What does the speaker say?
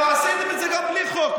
ועשיתם את זה גם בלי חוק.